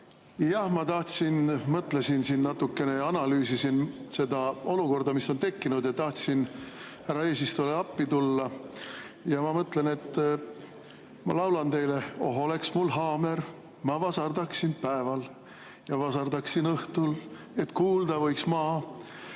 Jah, ma mõtlesin siin natukene, analüüsisin seda olukorda, mis on tekkinud, ja tahtsin härra eesistujale appi tulla. Ja ma mõtlen, et ma laulan teile.(Laulab.) "Oh, oleks mul haamer, ma vasardaksin päeval ja vasardaksin õhtul, et kuulda võiks maa."Te